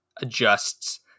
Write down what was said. adjusts